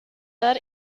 dar